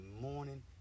morning